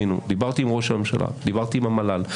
דיברתי עם ראש הממשלה, דיברתי עם המל"ל.